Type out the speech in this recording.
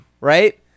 right